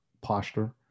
posture